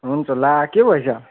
हुन्छ ला के भएछ